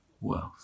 wealth